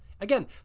Again